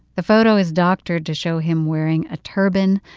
the photo is doctored to show him wearing a turban.